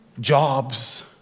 Jobs